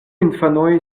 infanoj